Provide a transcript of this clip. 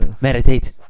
meditate